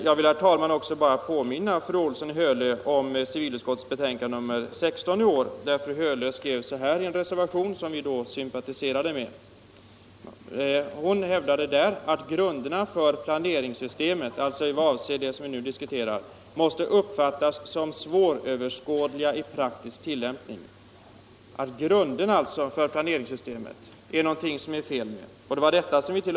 Jag vill, herr talman, också påminna fru Olsson i Hölö om att hon i en reservation till civilutskottets betänkande nr 16 i år, vilken vi då sympatiserade med, var med om att hävda att ”grunderna för planeringssystemet måste uppfattas som svåröverskådliga i praktisk tillämpning”. Det avser alltså det som vi nu diskuterar: Vi var överens om att det är något fel med grunderna för planeringssystemet.